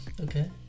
Okay